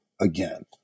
again